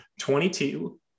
22